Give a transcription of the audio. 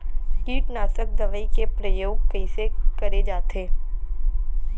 कीटनाशक दवई के प्रयोग कइसे करे जाथे?